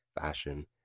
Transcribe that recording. fashion